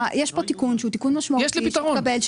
פה תיקון שהוא תיקון משמעותי שהתקבל,